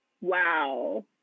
wow